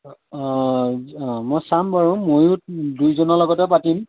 অঁ মই চাম বাৰু ময়ো দুইজনৰ লগতে পাতিম